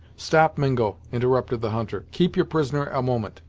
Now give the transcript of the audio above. stop, mingo, interrupted the hunter, keep your prisoner a moment.